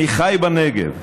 אני חי בנגב.